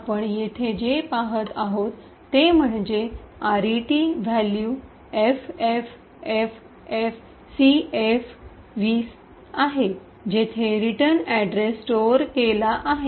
आता आपण येथे जे पाहत आहोत ते म्हणजे आरईटीचे व्ह्यलु एफएफएफएफसीएफ२० आहे जेथे रिटर्न अड्रेस स्टोअर केला आहे